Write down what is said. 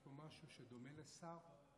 יש פה משהו שדומה לשר?